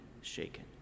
shaken